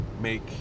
make